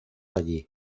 allí